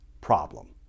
problem